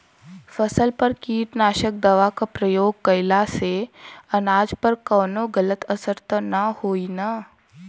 फसल पर कीटनाशक दवा क प्रयोग कइला से अनाज पर कवनो गलत असर त ना होई न?